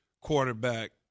quarterback